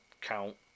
count